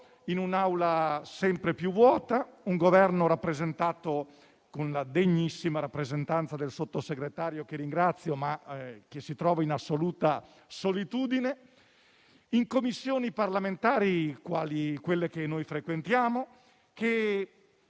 in un'Aula sempre più vuota, con un Governo rappresentato dalla degnissima rappresentanza del signor Sottosegretario, che ringrazio, che si trova però in assoluta solitudine, e in Commissioni parlamentari, quali quelle che frequentiamo, di